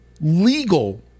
legal